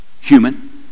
human